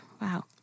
Wow